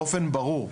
באופן ברור,